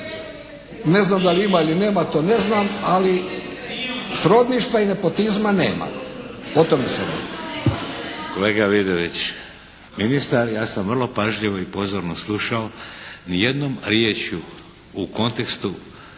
Ne znam da li ima ili nema, to ne znam ali srodništva i nepotizma nema. O tome se